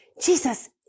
Jesus